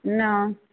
नहि